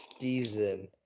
season